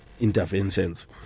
interventions